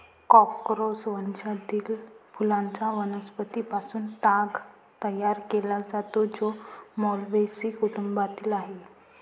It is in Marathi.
कॉर्कोरस वंशातील फुलांच्या वनस्पतीं पासून ताग तयार केला जातो, जो माल्व्हेसी कुटुंबातील आहे